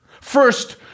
first